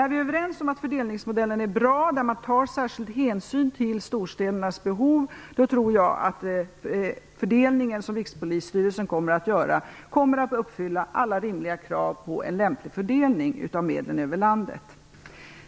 När vi är överens om att det är en bra fördelningsmodell, där man tar särskild hänsyn till storstädernas behov, tror jag att den fördelning som Rikspolisstyrelsen kommer att göra kommer att uppfylla alla rimliga krav på en lämplig fördelning av medlen över landet.